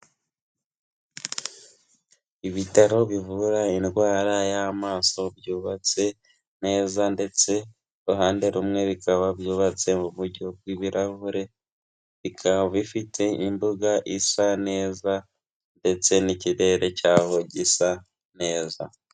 Ibitaro bivura indwara y'amaso, byubatse neza ndetse uruhande rumwe bikaba byubatse mu buryo bw'ibirahure, bikaba bifite imbuga isa neza ndetse n'ikirere cyaho gisa neza.